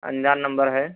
अनजान नम्बर है